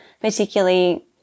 particularly